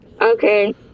Okay